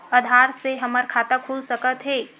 आधार से हमर खाता खुल सकत हे?